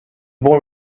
boy